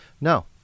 no